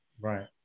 Right